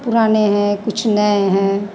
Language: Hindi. पुराने हैं कुछ नए हैं